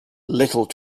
little